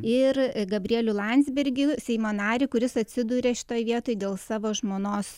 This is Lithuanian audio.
ir gabrielių landsbergį seimo narį kuris atsiduria šitoj vietoj dėl savo žmonos